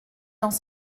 dans